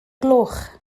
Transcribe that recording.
gloch